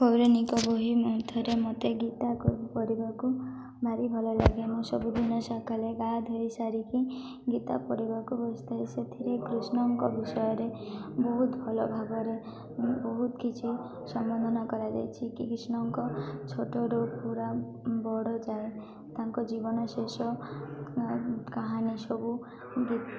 ପୌରାଣିକ ବହି ମଧ୍ୟରେ ମୋତେ ଗୀତା ପଢ଼ିବାକୁ ଭାରି ଭଲ ଲାଗେ ମୁଁ ସବୁଦିନ ସକାଳେ ଗାଧୋଇ ସାରିକି ଗୀତା ପଢ଼ିବାକୁ ବସିଥାଏ ସେଥିରେ କୃଷ୍ଣଙ୍କ ବିଷୟରେ ବହୁତ ଭଲ ଭାବରେ ବହୁତ କିଛି ସମ୍ବୋଧନା କରାଯାଇଛି କି କୃଷ୍ଣଙ୍କ ଛୋଟରୁ ପୁରା ବଡ଼ ଯାଏ ତାଙ୍କ ଜୀବନ ଶେଷ କାହାଣୀ ସବୁ